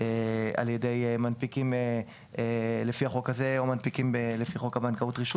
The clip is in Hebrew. על ידי מנפיקים לפי החוק הזה או על ידי מנפיקים לפי חוק הבנקאות (רישוי)